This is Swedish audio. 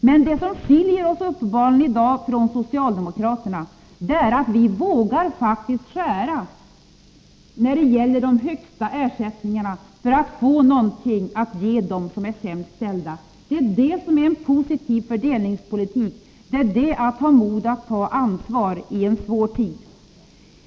Men det som uppenbarligen skiljer oss i dag från socialdemokraterna är att vi faktiskt vågar skära när det gäller de högsta ersättningarna för att få någonting att ge dem som är sämst ställda. Det är en positiv fördelningspolitik — att ha mod att ta ansvar i en svår tid.